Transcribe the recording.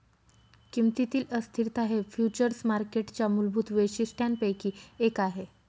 किमतीतील अस्थिरता हे फ्युचर्स मार्केटच्या मूलभूत वैशिष्ट्यांपैकी एक आहे